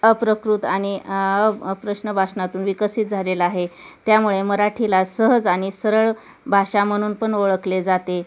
अप्राकृत आणि अ अप्रश्न भाषणातून विकसित झालेला आहे त्यामुळे मराठीला सहज आणि सरळ भाषा म्हणून पण ओळखले जाते